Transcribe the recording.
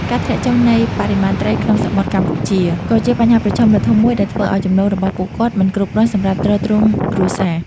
ការធ្លាក់ចុះនៃបរិមាណត្រីក្នុងសមុទ្រកម្ពុជា ក៏ជាបញ្ហាប្រឈមដ៏ធំមួយដែលធ្វើឱ្យចំណូលរបស់ពួកគាត់មិនគ្រប់គ្រាន់សម្រាប់ទ្រទ្រង់គ្រួសារ។